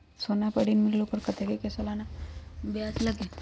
सोना पर ऋण मिलेलु ओपर कतेक के सालाना ब्याज लगे?